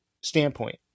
standpoint